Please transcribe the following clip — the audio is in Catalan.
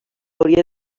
hauria